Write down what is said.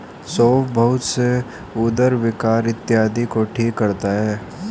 सौंफ बहुत से उदर विकार इत्यादि को ठीक करता है